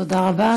תודה רבה.